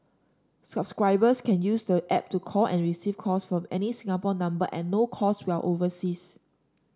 subscribers can use the app to call and receive calls from any Singapore number at no cost while overseas